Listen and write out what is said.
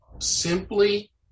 simply